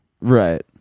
Right